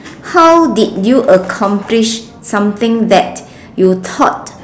how did you accomplish something that you thought